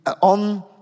on